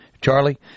Charlie